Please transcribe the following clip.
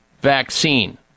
vaccine